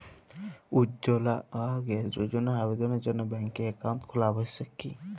উজ্জ্বলা যোজনার আবেদনের জন্য ব্যাঙ্কে অ্যাকাউন্ট খোলা আবশ্যক কি?